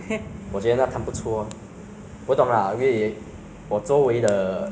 我觉得全岛福建面炒福建虾面应该是